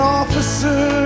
officer